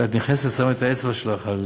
שאת נכנסת, שמה את האצבע שלך על